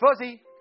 fuzzy